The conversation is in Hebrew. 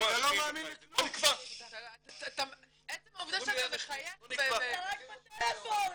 -- עצם העובדה שאתה מחייך -- אתה רק בטלפון.